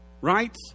right